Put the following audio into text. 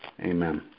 Amen